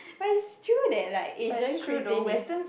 but it's true that like Asian cuisine is